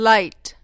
Light